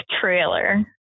trailer